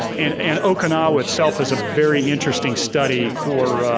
and and okinawa itself is a very interesting study for,